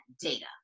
data